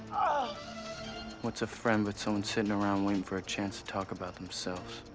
ah what's a friend, but someone sittin' around, waitin' for a chance to talk about themselves?